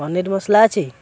ପନିର ମସଲା ଅଛି